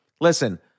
listen